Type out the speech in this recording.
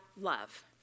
love